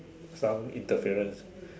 some interference